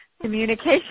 communication